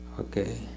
Okay